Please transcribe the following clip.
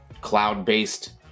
cloud-based